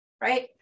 right